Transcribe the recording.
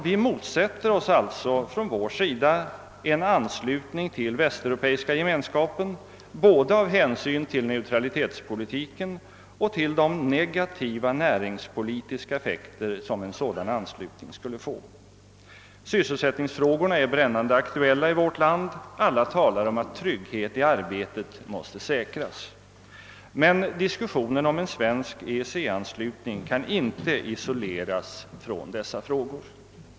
Vi motsätter oss alltså från vår sida en anslutning till Västeuropeiska gemenskapen, både av hänsyn till neutralitetspolitiken och till de negativa näringspolitiska effekter som en sådan anslutning skulle få. Sysselsättningsfrågorna är brännande aktuella i vårt land. Alla talar om att tryggheten i arbetet måste säkras. Men diskussionen om en svensk EEC anslutning kan inte isoleras från dessa frågor.